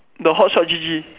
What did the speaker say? the hotshotgg